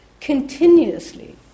continuously